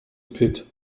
pit